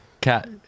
cat